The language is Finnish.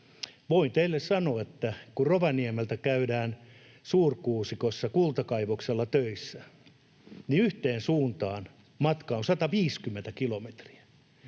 Voin teille sanoa, että kun Rovaniemeltä käydään Suurikuusikossa kultakaivoksella töissä, niin yhteen suuntaan matka on 150 kilometriä.